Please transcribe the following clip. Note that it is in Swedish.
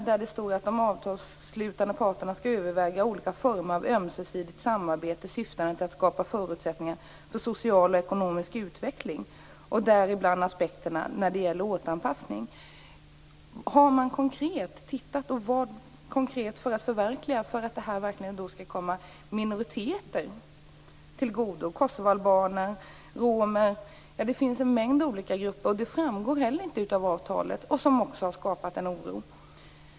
Där står det att de avtalsslutande parterna skall överväga olika former av ömsesidigt samarbete syftande till att skapa förutsättningar för social och ekonomisk utveckling, och däribland finns aspekterna när det gäller återanpassning. Har man konkret tittat på vad man skall göra för att detta verkligen skall förverkligas och komma minoriteter till godo - kosovoalbaner, romer och en mängd olika grupper? Det framgår inte heller av avtalet. Det har också skapat en oro.